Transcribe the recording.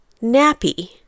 nappy